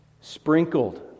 sprinkled